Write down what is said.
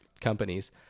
companies